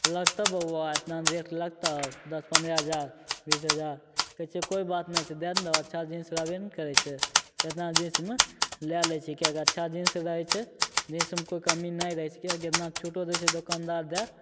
लगतऽ बौआ एतना रेट लगतऽ दस पनरह हजार बीस हजार कहै छै कोइ बात नहि छै दै ने दहो अच्छा जीन्स रहबे ने करै छै तऽ एतना जीन्समे लै लै छै किएकि अच्छा जीन्स रहै छै जीन्समे कोइ कमी नहि रहै छिकै कितना छूटो दै छै दोकनदार दै